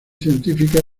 científicas